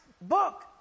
book